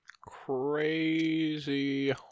Crazy